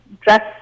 dress